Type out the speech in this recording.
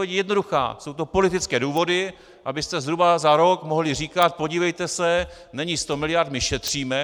Odpověď je jednoduchá jsou to politické důvody, abyste zhruba za rok mohli říkat podívejte se, není 100 mld., my šetříme.